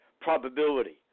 probability